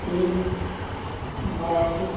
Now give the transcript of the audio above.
एक मार्च